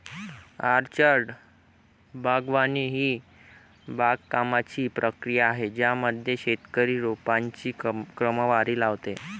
orchard बागवानी ही बागकामाची प्रक्रिया आहे ज्यामध्ये शेतकरी रोपांची क्रमवारी लावतो